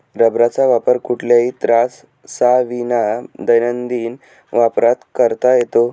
रबराचा वापर कुठल्याही त्राससाविना दैनंदिन वापरात करता येतो